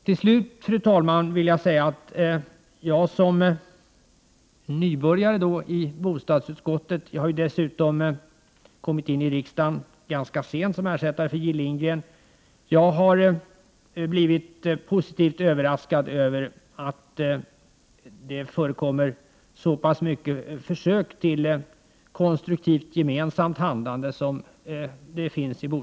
Till slut, fru talman, vill jag säga att jag som ”nybörjare” i bostadsutskottet 25 —- jag har dessutom kommit in i riksdagen ganska sent som ersättare för Jill Lindgren — blivit positivt överraskad av att det i bostadsutskottet förekommer så pass många försök till ett konstruktivt, gemensamt handlande.